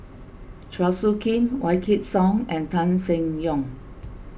Chua Soo Khim Wykidd Song and Tan Seng Yong